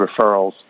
referrals